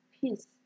peace